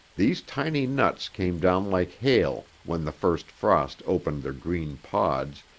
these tiny nuts came down like hail when the first frost opened their green pods,